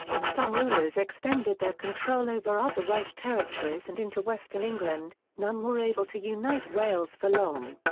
and some rulers extended their control over other welsh territories and into western england, none were able to unite wales for long.